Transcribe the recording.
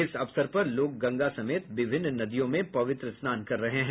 इस अवसर पर लोग गंगा समेत विभिन्न नदियों में पवित्र स्नान कर रहे हैं